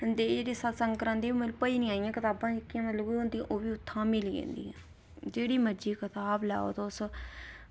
ते ओह् जेह्ड़े सत्संग करांदे ओह् भजन आह्लियां जेह्कियां कताबां होंदियां ओह्बी उत्थां मिली जंदियां जेह्ड़ी मर्ज़ी कताब लैओ तुस